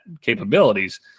capabilities